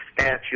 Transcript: statue